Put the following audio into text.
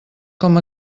com